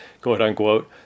quote-unquote